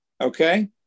okay